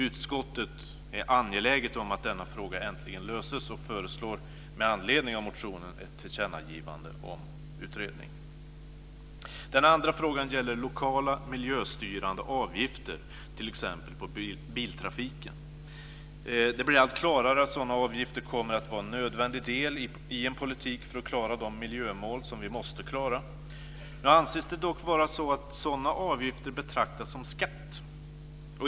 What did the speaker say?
Utskottet är angeläget om att denna fråga äntligen löses och föreslår med anledning av motionen ett tillkännagivande om utredning. Den andra frågan gäller lokala, miljöstyrande avgifter, t.ex. på biltrafiken. Det blir allt klarare att sådana avgifter kommer att vara en nödvändig del i en politik för att klara de miljömål som vi måste klara. Nu anses det dock vara så att sådana avgifter betraktas som skatt.